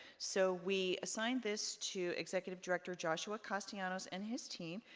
so, we assigned this to executive director joshua castianos and his team,